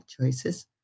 choices